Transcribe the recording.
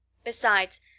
besides,